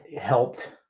helped